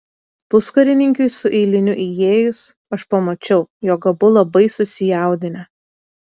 puskarininkiui su eiliniu įėjus aš pamačiau jog abu labai susijaudinę